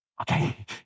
Okay